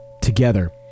together